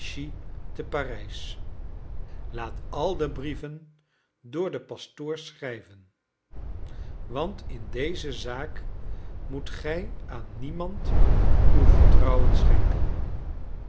te parijs laat al de brieven door den pastoor schrijven want in deze zaak moet gij aan niemand uw vertrouwen schenken